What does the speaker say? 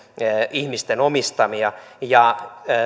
ihmisten omistamia